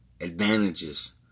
advantages